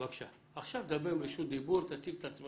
בבקשה, תציג את עצמך.